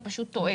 הוא פשוט טועה.